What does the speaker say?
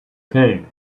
came